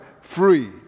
free